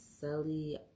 Sully